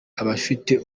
abafite